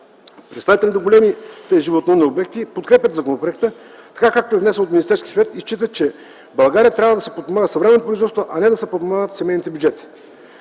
Представителите на големите животновъдни обекти подкрепят законопроекта, така както е внесен от Министерския съвет, и считат, че в България трябва да се подпомага съвременното производство, а не да се подпомагат семейните бюджети.